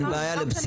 זה מה שאני אומרת,